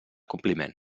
compliment